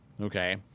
okay